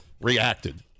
reacted